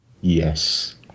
Yes